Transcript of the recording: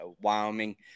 Wyoming